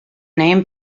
name